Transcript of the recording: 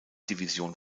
division